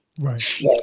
Right